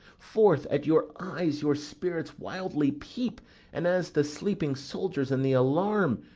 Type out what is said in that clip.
forth at your eyes your spirits wildly peep and, as the sleeping soldiers in the alarm,